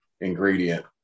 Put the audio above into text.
ingredient